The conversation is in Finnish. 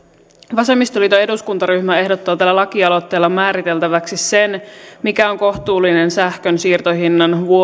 vasemmistoliiton eduskuntaryhmä ehdottaa tällä lakialoitteella määriteltäväksi sen mikä on kohtuullinen sähkön siirtohinnan